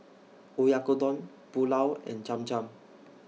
Oyakodon Pulao and Cham Cham